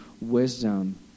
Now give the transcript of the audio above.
wisdom